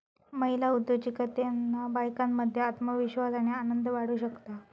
महिला उद्योजिकतेतना बायकांमध्ये आत्मविश्वास आणि आनंद वाढू शकता